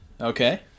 okay